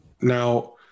Now